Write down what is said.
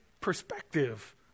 perspective